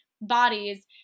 bodies